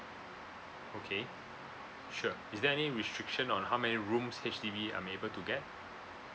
okay sure is there any restriction on how many rooms H_D_B I'm able to get